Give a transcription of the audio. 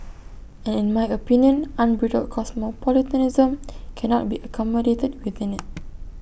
and in my opinion unbridled cosmopolitanism cannot be accommodated within IT